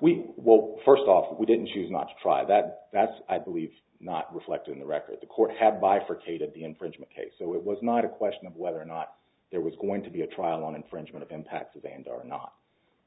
we will first off if we didn't choose not to try that that's i believe not reflected in the record the court had bifurcated the infringement case so it was not a question of whether or not there was going to be a trial on infringement impacts a band or not